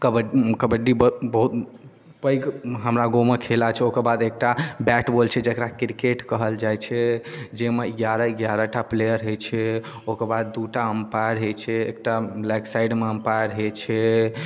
कबड्डी बहुत पैघ हमरा गाँव मे खेला छै ओकर बाद एकटा बैट बौल छै जेकरा क्रिकेट कहल जाइ छै जाहिमे एगारह एगारहटा प्लेयर होइ छै ओकर बाद दुटा अम्पायर होइ छै एकटा लेग साइडमे अम्पायर होइ छै